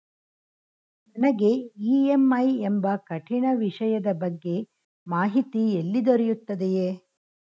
ನನಗೆ ಇ.ಎಂ.ಐ ಎಂಬ ಕಠಿಣ ವಿಷಯದ ಬಗ್ಗೆ ಮಾಹಿತಿ ಎಲ್ಲಿ ದೊರೆಯುತ್ತದೆಯೇ?